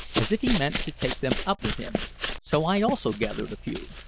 as if he meant to take them up with him so i also gathered a few.